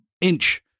inch